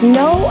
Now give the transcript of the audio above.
no